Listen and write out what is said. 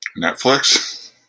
Netflix